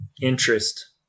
interest